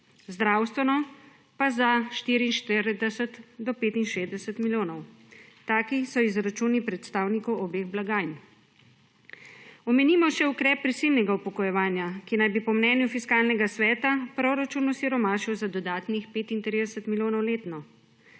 zdravstveno pa za 44 do 65 milijonov. Taki so izračuni predstavnikov obeh blagajn. Omenimo še ukrep prisilnega upokojevanja, ki naj bi po mnenju Fiskalnega sveta proračun osiromašil za dodatnih 35 milijonov letno.